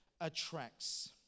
attracts